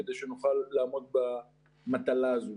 כדי שנוכל לעמוד במטלה הזו.